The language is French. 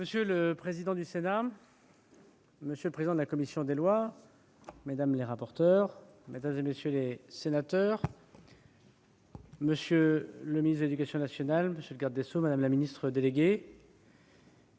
Monsieur le président du Sénat, monsieur le président de la commission des lois, mesdames les rapporteures, mesdames, messieurs les sénateurs, monsieur le ministre de l'éducation nationale, monsieur le garde des sceaux, madame la ministre déléguée,